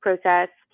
processed